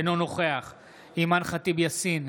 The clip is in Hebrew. אינו נוכח אימאן ח'טיב יאסין,